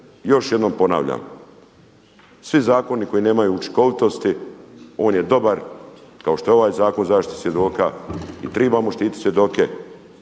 još jednom ponavljam, svi zakoni koji nemaju učinkovitosti on je dobar kao što je ovaj Zakon o zaštiti svjedoka i trebamo štititi svjedoke.